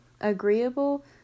agreeable